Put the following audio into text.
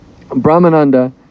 Brahmananda